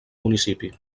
municipi